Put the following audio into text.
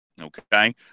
okay